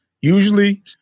Usually